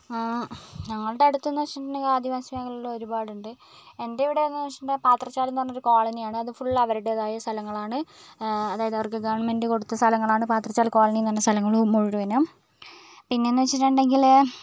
ഞങ്ങളുടെ അടുത്തെന്നു വെച്ചിട്ടുണ്ടെങ്കിൽ ആദിവാസി മേഖലകൾ ഒരുപാടുണ്ട് എൻ്റെ ഇവിടെന്നുവെച്ചിട്ടുണ്ടെങ്കിൽ പാത്രച്ചാലെന്ന് പറഞ്ഞ ഒരു കോളനിയാണ് അത് ഫുള്ള് അവരുടെതായ സ്ഥലങ്ങളാണ് അതായത് അവർക്ക് ഗവൺമെൻറ് കൊടുത്ത സ്ഥലങ്ങളാണ് പാത്രച്ചാൽ കോളനി എന്ന് പറയുന്ന സ്ഥലങ്ങൾ മുഴുവനും പിന്നെയെന്നുവെച്ചിട്ടുണ്ടെങ്കിൽ